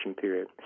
period